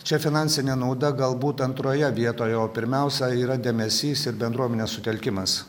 čia finansinė nauda galbūt antroje vietoje o pirmiausia yra dėmesys ir bendruomenės sutelkimas